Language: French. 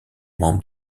membres